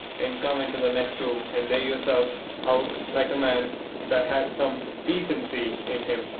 and come into the next room, and lay yourself out like a man that has some decency in him,